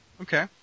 Okay